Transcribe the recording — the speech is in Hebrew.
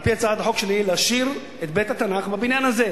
על-פי הצעת החוק שלי להשאיר את בית-התנ"ך בבניין הזה,